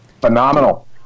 Phenomenal